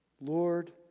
Lord